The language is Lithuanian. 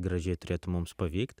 gražiai turėtų mums pavykt